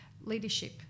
leadership